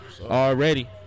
already